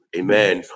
amen